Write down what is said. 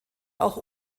auch